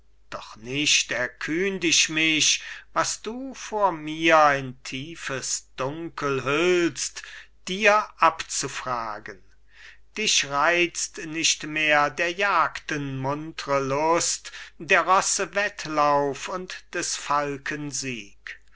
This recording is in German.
doch nicht erkühnt ich mich was du vor mir in tiefes dunkel hüllst dir abzufragen dich reizt nicht mehr der jagden muntre lust der rosse wettlauf und des falken sieg